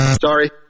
sorry